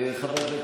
הזמן זה,